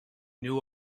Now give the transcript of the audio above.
knew